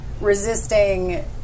resisting